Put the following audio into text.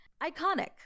iconic